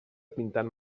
pintant